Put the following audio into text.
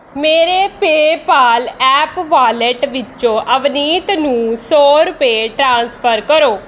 ਮੇਰੇ PayPal app wallet ਵਿੱਚੋਂ ਅਵਨੀਤ ਨੂੰ ਸੌ ਰੁਪਏ ਟ੍ਰਾਂਸਫਰ ਕਰੋ